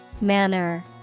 Manner